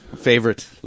favorite